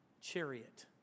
chariot